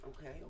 Okay